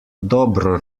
dobro